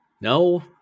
No